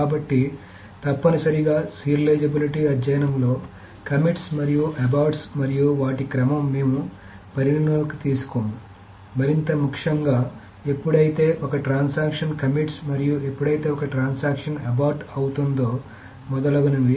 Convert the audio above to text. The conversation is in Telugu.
కాబట్టి తప్పనిసరిగా సీరియలిజబిలిటీ అధ్యయనంలో కమిట్స్ మరియు అబార్ట్స్ మరియు వాటి క్రమం మేము పరిగణనలోకి తీసుకోము మరింత ముఖ్యంగా ఎప్పుడైతే ఒక ట్రాన్సాక్షన్ కమిట్స్ మరియు ఎప్పుడైతే ఒక ట్రాన్సాక్షన్ అబార్ట్ అవుతుందో మొదలగునవి